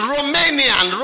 Romanian